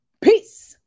Peace